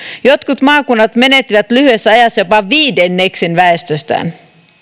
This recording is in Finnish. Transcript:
jotkut maakunnat menettivät lyhyessä ajassa jopa viidennekseen väestöstään